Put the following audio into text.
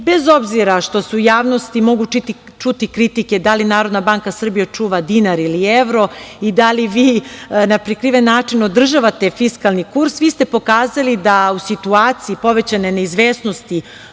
Bez obzira što se u javnosti mogu čuti kritike da li Narodna banka Srbije čuva dinar ili evro i da li vi na prikriven način održavate fiskalni kurs, vi ste pokazali da je u situaciji povećane neizvesnosti